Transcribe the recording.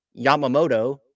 Yamamoto